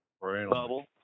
Bubble